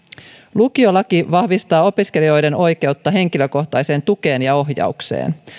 lukiolaki vahvistaa opiskelijoiden oikeutta henkilökohtaiseen tukeen ja ohjaukseen